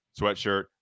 sweatshirt